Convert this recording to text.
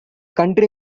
country